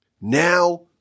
Now